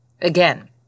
Again